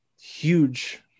huge